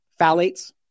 Phthalates